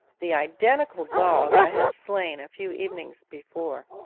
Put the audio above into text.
the identical dog i had slain a few evenings before!